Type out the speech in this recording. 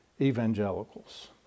evangelicals